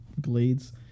Glades